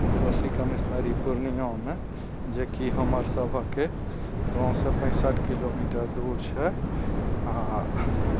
Kosi commissionery पूर्णियामे जेकि हमर सभक गाँवसँ पैंसठि किलोमीटर दूर छै आओर